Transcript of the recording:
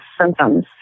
symptoms